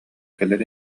кэлэр